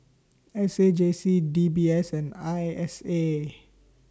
S A J C D B S and I S A